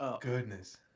Goodness